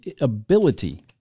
ability